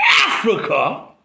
Africa